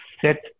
set